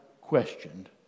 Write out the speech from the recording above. questioned